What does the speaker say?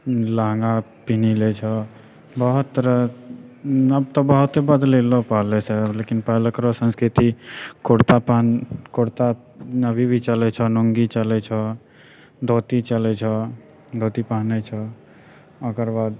लहँगा पिन्ही लै छौँ बहुत तरह आब तऽ बात बदलेलऽ पहिलैसँ लेकिन पहिलेकर संस्कृति कुर्ता पहन कुर्ता अभी भी चलै छौँ लुङ्गी चलै छौँ धोती चलै छौँ धोती पहने छौँ ओकरबाद